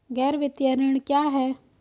गैर वित्तीय ऋण क्या है?